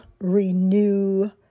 renew